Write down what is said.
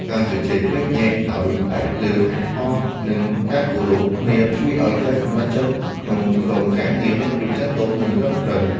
ការជជែកវែកញែកដោយផ្អែកលើហេតុផលនិងការគោរពគ្នា ជួយឱ្យការសម្រេចចិត្តក្នុងក្រុមការងារមានភាពចាស់ទុំនិងត្រឹមត្រូវ។